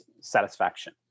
satisfaction